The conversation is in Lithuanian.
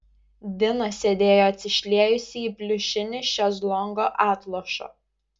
dina sėdėjo atsišliejusi į pliušinį šezlongo atlošą